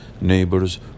neighbors